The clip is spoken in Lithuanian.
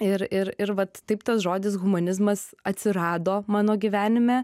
ir ir ir vat taip tas žodis humanizmas atsirado mano gyvenime